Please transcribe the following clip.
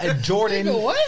Jordan